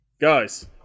Guys